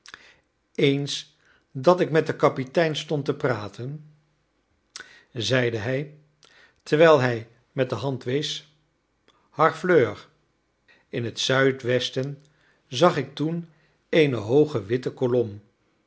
eens dat ik met den kapitein stond te praten zeide hij terwijl hij met de hand wees harfleur in het zuidwesten zag ik toen eene hooge witte kolom